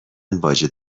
واجد